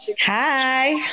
Hi